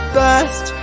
best